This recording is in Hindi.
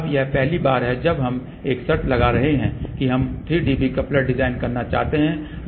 अब यह पहली बार है जब हम एक शर्त लगा रहे हैं कि हम 3 dB कपलर डिजाइन करना चाहते हैं